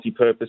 Multipurpose